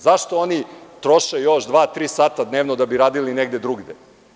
Zašto oni troše još dva, tri sata dnevno da bi radili negde drugde?